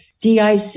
DIC